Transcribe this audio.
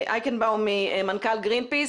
אייקנבאום, מנכ"ל גרינפיס.